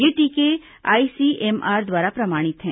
ये टीके आईसीएमआर द्वारा प्रमाणित है